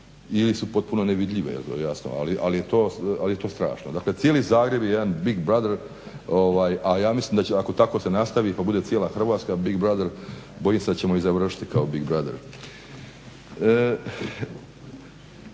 ili su potpuno nevidljive jel to jasno ali je to strašno. Dakle, cijeli Zagreb je jedan Big Brother a ja mislim da će ako se tako nastavi pa bude cijela Hrvatska Big Brother bojim se da ćemo i završiti kao Big Brother.